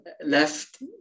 left